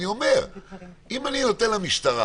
אם אני נותן למשטרה